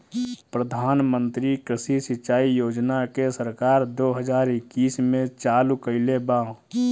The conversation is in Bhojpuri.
प्रधानमंत्री कृषि सिंचाई योजना के सरकार दो हज़ार इक्कीस में चालु कईले बा